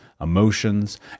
emotions